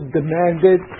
demanded